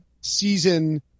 season